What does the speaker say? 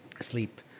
sleep